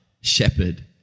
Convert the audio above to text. Shepherd